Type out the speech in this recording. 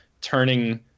turning